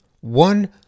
one